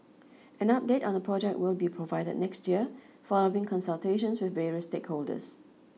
an update on the project will be provided next year following consultations with various stakeholders